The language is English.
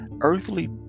earthly